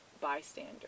bystander